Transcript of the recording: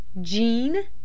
Jean